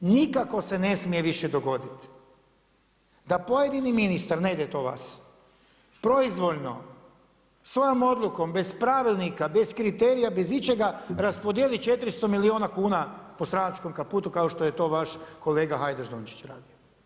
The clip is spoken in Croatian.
Nikako se ne smije više dogoditi, da pojedini ministar, ne ide to vas, proizvoljno, svojom odlukom, bez pravilnika, bez kriterija, bez ičega raspodijeli 400 milijuna kuna po stranačkom kaputu, kao što je to vaš kolega Hajdaš Dončić radio.